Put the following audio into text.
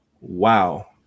Wow